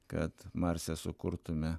kad marse sukurtume